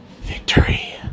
Victory